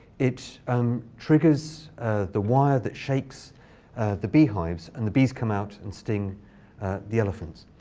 it um triggers the wire that shakes the bee hives, and the bees come out and sting the elephants.